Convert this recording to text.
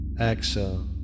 Exhale